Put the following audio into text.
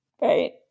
right